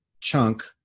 chunk